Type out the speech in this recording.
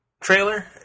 trailer